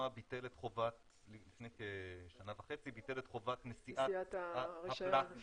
ביטל לפני כשנה וחצי את חובת נשיאת הפלסטיק,